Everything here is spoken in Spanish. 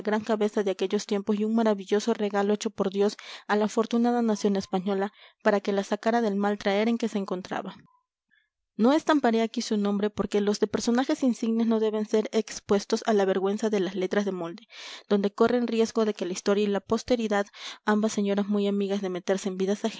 cabeza de aquellos tiempos y un maravilloso regalo hecho por dios a la afortunada nación española para que la sacara del mal traer en que se encontraba no estamparé aquí su nombre porque los de personajes insignes no deben ser expuestos a la vergüenza de las letras de molde donde corren riesgo de que la historia y la posteridad ambas señoras muy amigas de